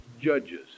judges